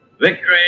Victory